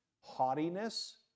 haughtiness